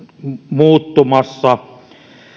muuttumassa